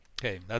Okay